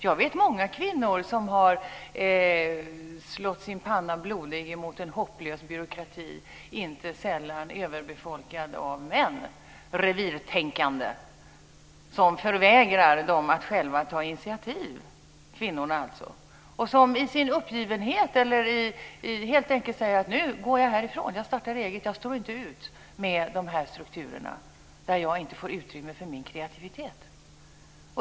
Jag vet många kvinnor som har slagit sin panna blodig mot en hopplös byråkrati - inte sällan överbefolkad av revirtänkande män - som förvägrar kvinnorna att själva ta initiativ. I sin uppgivenhet säger de då helt enkelt: Nu går jag härifrån. Jag startat eget. Jag står inte ut med de här strukturerna där jag inte får utrymme för min kreativitet.